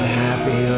happy